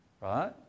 right